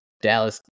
Dallas